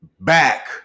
back